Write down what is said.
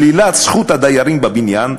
שלילת זכות הדיירים בבניין,